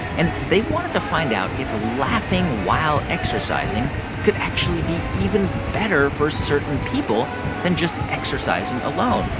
and they wanted to find out if laughing while exercising could actually be even better for certain people than just exercising alone.